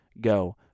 go